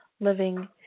living